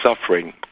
suffering